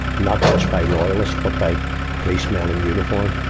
not just by loyalists, but by policemen in uniform,